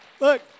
Look